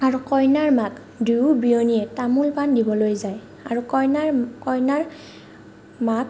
আৰু কইনাৰ মাক দুয়ো বিয়নীয়ে তামোল পান দিবলৈ যায় আৰু কইনাৰ কইনাৰ মাক